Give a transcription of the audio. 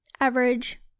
average